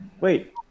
Wait